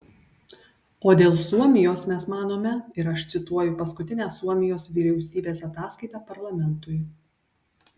o dėl suomijos mes manome ir aš cituoju paskutinę suomijos vyriausybės ataskaitą parlamentui